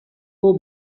who